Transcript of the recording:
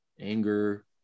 anger